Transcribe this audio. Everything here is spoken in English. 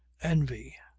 envy.